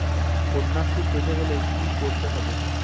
কন্যাশ্রী পেতে হলে কি করতে হবে?